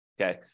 Okay